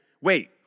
Wait